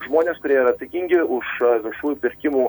žmonės kurie yra atsakingi už viešųjų pirkimų